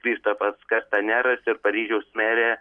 kristofas kataneras ir paryžiaus merė